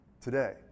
today